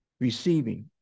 receiving